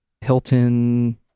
Hilton